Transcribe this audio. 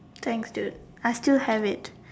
thanks dude I still have it